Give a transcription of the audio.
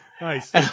Nice